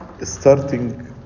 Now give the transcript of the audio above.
starting